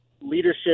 leadership